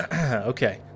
Okay